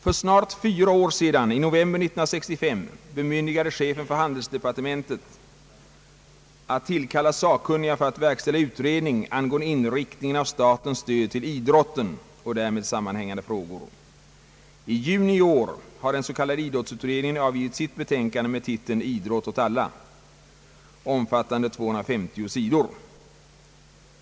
För snart fyra år sedan, i november 1965, bemyndigades chefen för handelsdepartementet att tillkalla sakkunniga för att verkställa utredning angående inriktningen av statens stöd till idrotten och därmed sammanhängande frågor, I juni i år har den s.k. idrottsutredningen avgivit sitt betänkande med titeln »Idrott åt alla», omfattande 250 sidor.